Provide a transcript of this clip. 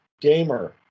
gamer